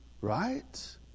right